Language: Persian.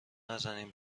نزنین